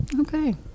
okay